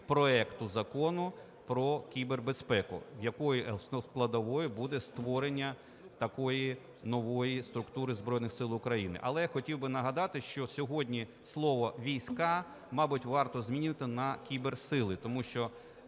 проекту Закону про кібербезпеку, складовою якого буде створення такої нової структури Збройних Сил України. Але я хотів би нагадати, що сьогодні слово "війська", мабуть, варто змінювати на "кіберсили", тому що